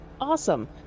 awesome